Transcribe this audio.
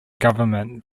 government